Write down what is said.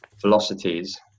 velocities